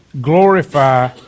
glorify